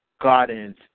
Gardens